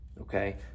Okay